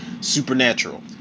supernatural